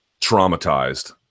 traumatized